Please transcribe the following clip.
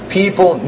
people